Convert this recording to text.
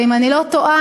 ואם אני לא טועה,